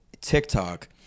TikTok